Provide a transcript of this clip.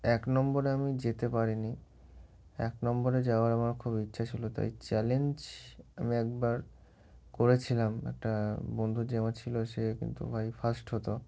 এক নম্বরে আমি যেতে পারিনি এক নম্বরে যাওয়ার আমার খুব ইচ্ছা ছিলো তাই চ্যালেঞ্জ আমি একবার করেছিলাম একটা বন্ধু যে আমার ছিল সে কিন্তু ভাই ফার্স্ট হতো